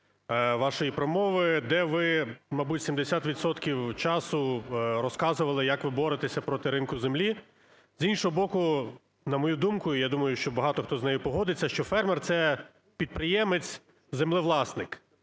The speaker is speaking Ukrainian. вашої промови, де ви, мабуть, 70 відсотків часу розказували, як ви боретеся проти ринку землі. З іншого боку, на думку, я думаю, що багато хто з нею погодиться, що фермер – це підприємець-землевласник.